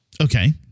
Okay